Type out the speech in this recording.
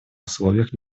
условиях